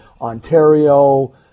Ontario